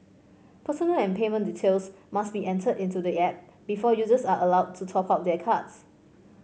personal and payment details must be entered into the app before users are allowed to top up their cards